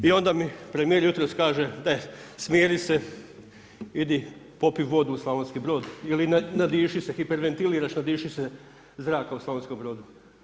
I onda mi premijer jutros kaže daj smiri se, idi popij vodu u Slavonski Brod ili nadiši se, hiperventiliraš, nadiši se zraka u Slavonskom Brodu.